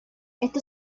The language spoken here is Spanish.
esto